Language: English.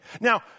Now